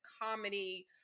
comedy